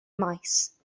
maes